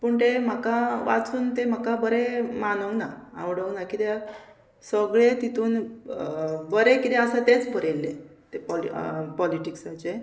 पूण ते म्हाका वाचून ते म्हाका बरें मानोंक ना आवडूंक ना किद्याक सगळें तितून बरें किदें आसा तेंच बरयल्लें तें पॉलि पॉलिटिक्साचें